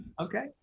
okay